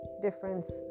difference